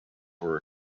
were